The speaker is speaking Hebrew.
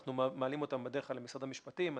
אנחנו מעלים אותם בדרך כלל למשרד המשפטים.